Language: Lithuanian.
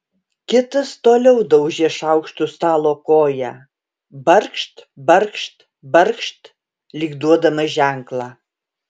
kitas toliau daužė šaukštu stalo koją barkšt barkšt barkšt lyg duodamas ženklą